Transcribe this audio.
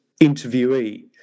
interviewee